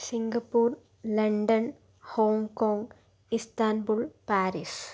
Singapore London Hong Kong Istanbul Paris